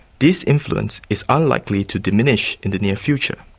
this influence is unlikely to diminish in the near future.